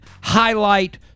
highlight